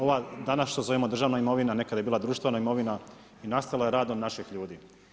Ova danas što zovemo državna imovina nekad je bila društvena imovina i nastala je radom naših ljudi.